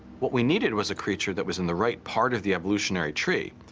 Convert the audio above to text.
what we needed was a creature that was in the right part of the evolutionary tree,